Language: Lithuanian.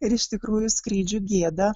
ir iš tikrųjų skrydžių gėda